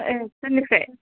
ए सोरनिफ्राय